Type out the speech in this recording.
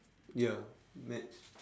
ya maths